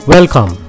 Welcome